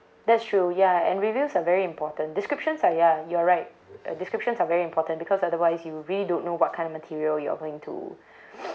that's true ya and reviews are very important descriptions are ya you're right descriptions are very important because otherwise you really don't know what kind of material you're going to